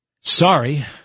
sorry